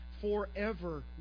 forever